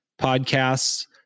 podcasts